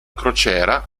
crociera